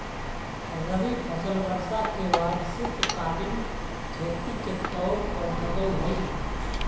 रबी फसल वर्षा के बाद शीतकालीन खेती के तौर पर लगऽ हइ